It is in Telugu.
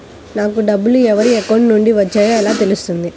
నాకు డబ్బులు ఎవరి అకౌంట్ నుండి వచ్చాయో ఎలా తెలుస్తుంది?